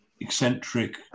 eccentric